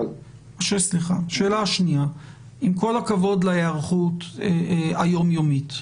שאלה שנייה, עם כל הכבוד להיערכות היומיומית,